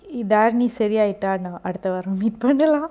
err tharani சரியாகிட்டான்னா அடுத்த வாரோ:sariyakitana adutha varo meet பன்னலா:pannala